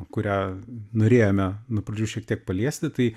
kurią norėjome nuo pradžių šiek tiek paliesti tai